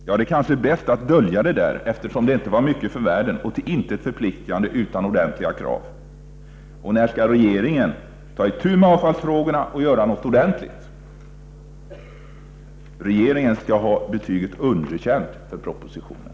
Det var kanske bäst att dölja det, eftersom det inte är mycket för världen och till intet förpliktigande och utan ordentliga krav. När skall regeringen ta itu med avfallsfrågorna och göra något ordentligt? Regeringen skall ha betyget underkänd för propositionen!